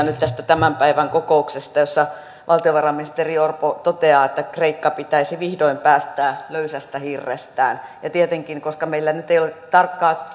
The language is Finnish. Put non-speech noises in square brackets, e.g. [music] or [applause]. [unintelligible] nyt tästä tämän päivän kokouksesta jossa valtiovarainministeri orpo toteaa että kreikka pitäisi vihdoin päästää löysästä hirrestään tietenkin koska meillä nyt ei ole tarkkaa [unintelligible]